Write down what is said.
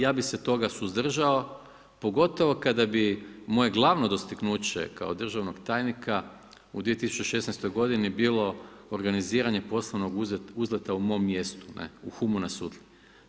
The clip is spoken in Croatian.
Ja bih se toga suzdržao pogotovo kada bi moje glavno dostignuće kao državnog tajnika u 2016. godini bilo organiziranje poslovnog uzleta u mom mjestu, ne, u Humu na Sutli.